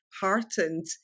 heartened